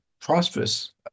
prosperous